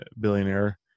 billionaire